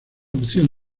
opción